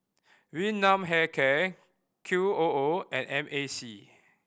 Yun Nam Hair Care Q O O and M A C